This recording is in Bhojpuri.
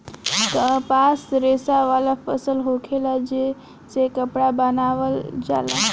कपास रेशा वाला फसल होखेला जे से कपड़ा बनावल जाला